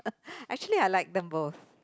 actually I like them both